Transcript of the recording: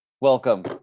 welcome